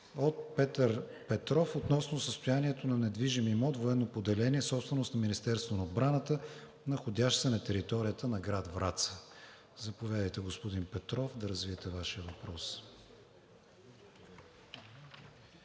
от Петър Петров относно състоянието на недвижим имот – военно поделение, собственост на Министерството на отбраната, находящ се на територията на град Враца. Заповядайте, господин Петров, да развиете Вашия въпрос.